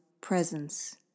presence